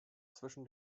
zwischen